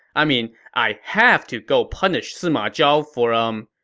i mean, i have to go punish sima zhao for, umm,